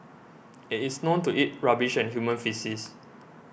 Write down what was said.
it is known to eat rubbish and human faeces